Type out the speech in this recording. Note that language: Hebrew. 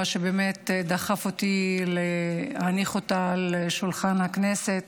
מה שבאמת דחף אותי להניח אותה על שולחן הכנסת